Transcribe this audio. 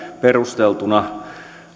perusteltuna